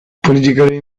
politikariei